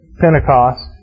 Pentecost